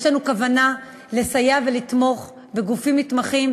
יש לנו כוונה לסייע ולתמוך בגופים נתמכים,